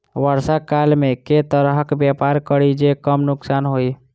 वर्षा काल मे केँ तरहक व्यापार करि जे कम नुकसान होइ?